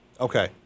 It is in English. Okay